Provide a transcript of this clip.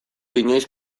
inoiz